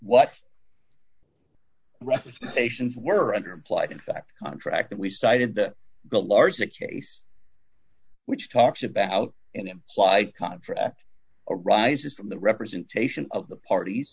what representations were under implied in fact contract that we cited that the large that case which talks about an implied contract arises from the representation of the parties